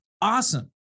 Awesome